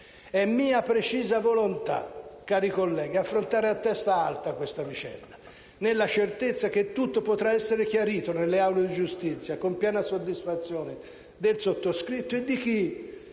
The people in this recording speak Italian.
È mia precisa volontà, cari colleghi, affrontare a testa alta questa vicenda nella certezza che tutto potrà essere chiarito nelle aule di giustizia con piena soddisfazione del sottoscritto e di chi,